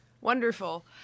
Wonderful